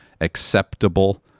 acceptable